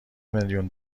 میلیون